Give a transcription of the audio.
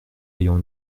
ayant